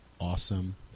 awesome